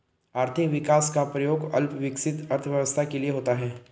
आर्थिक विकास का प्रयोग अल्प विकसित अर्थव्यवस्था के लिए होता है